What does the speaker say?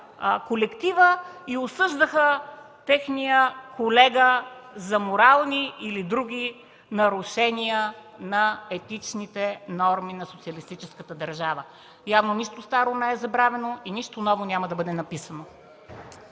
колективът и осъждаше своя колега за морални или за други нарушения на етичните норми на социалистическата държава. Явно нищо старо не е забравено и нищо ново няма да бъде написано.